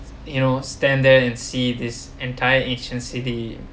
you know stand there and see this entire ancient city